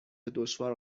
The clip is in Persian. دشوار